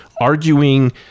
arguing